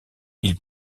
ils